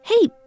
hey